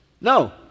No